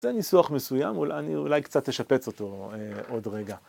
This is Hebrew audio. זה ניסוח מסוים, אני אולי קצת אשפץ אותו עוד רגע.